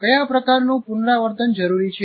કયા પ્રકારનું પુનરાવર્તનજરૂરી છે